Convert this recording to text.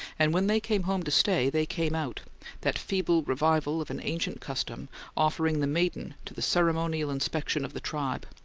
and when they came home to stay, they came out that feeble revival of an ancient custom offering the maiden to the ceremonial inspection of the tribe.